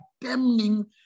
damning